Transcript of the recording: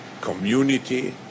community